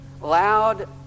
loud